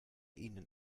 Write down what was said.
ihnen